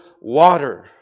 water